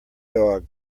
dog